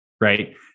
right